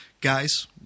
Guys